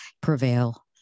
prevail